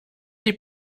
sie